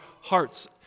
hearts